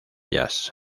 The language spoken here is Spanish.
jazz